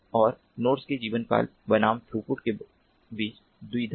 और नोड्स के जीवनकाल बनाम थ्रूपुट के बीच दुविधा है